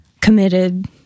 committed